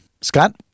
Scott